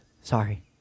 sorry